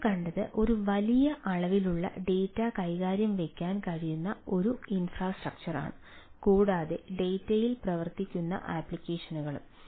നമ്മൾ കണ്ടത് ഒരു വലിയ അളവിലുള്ള ഡാറ്റ കൈവശം വയ്ക്കാൻ കഴിയുന്ന ഒരു ഇൻഫ്രാസ്ട്രക്ചറാണ് കൂടാതെ ഡാറ്റയിൽ പ്രവർത്തിക്കുന്ന ആപ്ലിക്കേഷനും